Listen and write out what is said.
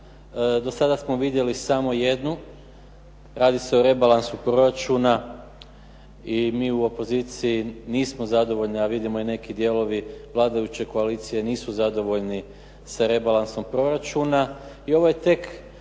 do sada smo vidjeli samo jednu. Radi se o rebalansu proračuna i mi u opoziciji nismo zadovoljni a vidimo i neki dijelovi vladajuće koalicije nisu zadovoljni sa rebalansom proračuna. I ovo je tek